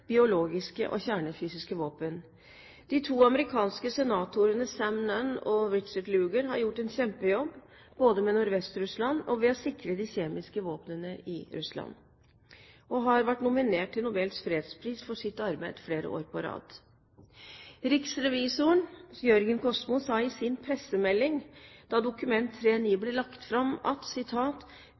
biologiske og kjernefysiske våpen. De to amerikanske senatorene Sam Nunn og Richard Lugar har gjort en kjempejobb både når det gjelder Nordvest-Russland, og ved å sikre de kjemiske våpnene i Russland, og de har vært nominert til Nobels fredspris for sitt arbeid flere år på rad. Riksrevisoren, Jørgen Kosmo, sa i sin pressemelding da Dokument 3:9 for 2009–2010 ble lagt fram: